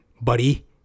buddy